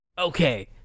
Okay